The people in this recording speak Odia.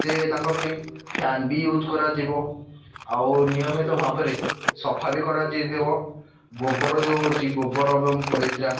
ସେ ତାଙ୍କ ପାଇଁ ଫ୍ୟାନ୍ ବି ଇୟୁ କରାଯିବ ଆଉ ନିୟମିତ ଭାବରେ ସଫା ବି କରାଯାଇ ଯିବ ଗୋବର ଯେଉଁ ଅଛି ଗୋବର ଏବଂ ପରିସ୍ରା